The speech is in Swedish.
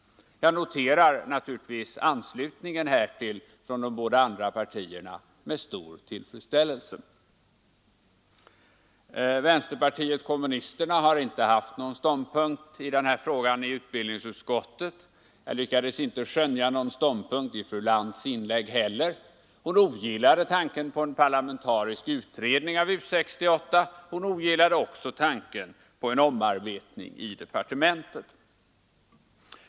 Jag noterar naturligtvis anslutningen härtill från de båda andra partierna med stor tillfredsställelse. Vänsterpartiet kommunisterna har inte haft någon ståndpunkt i den här frågan i utbildningsutskottet. Jag lyckades inte skönja någon ståndpunkt i fru Lantz” inlägg heller. Hon ogillade tanken på en parlamentarisk utredning av U 68; hon ogillade också tanken på en omarbetning i departementet.